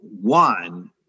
one